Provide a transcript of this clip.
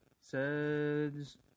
Says